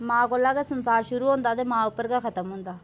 मां कोला गै संसार शुरू होंदा ते मां उप्पर गै खतम होंदा